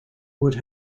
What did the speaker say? would